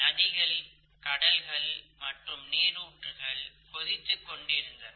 நதிகள் கடல்கள் மற்றும் நீரூற்றுகள் கொதித்துக் கொண்டிருந்தன